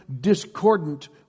discordant